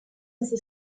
assez